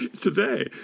today